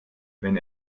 wenn